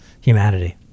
humanity